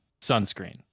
sunscreen